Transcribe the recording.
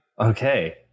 Okay